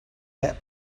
that